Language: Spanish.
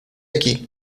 aquí